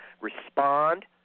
respond